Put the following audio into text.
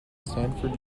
stanford